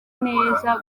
neza